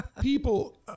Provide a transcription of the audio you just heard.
people